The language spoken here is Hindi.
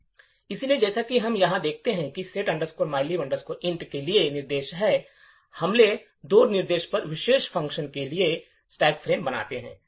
इसलिए जैसा कि हम यहाँ देखते हैं ये set mylib int के लिए निर्देश हैं और पहले दो निर्देश उस विशेष फ़ंक्शन के लिए स्टैक फ्रेम बनाते हैं